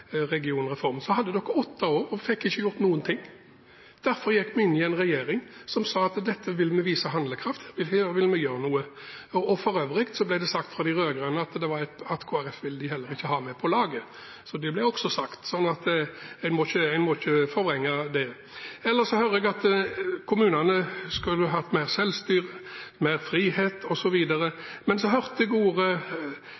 regionreform, hadde de åtte år og fikk ikke gjort noen ting. Derfor gikk vi inn i et samarbeid med en regjering som sa at her vil vi vise handlekraft, her vil vi gjøre noe. For øvrig ble det sagt fra de rød-grønne at Kristelig Folkeparti ville de heller ikke ha med på laget. Det ble også sagt, så en må ikke forvrenge det. Ellers hører jeg at kommunene skulle hatt mer selvstyre, mer frihet,